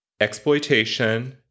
Exploitation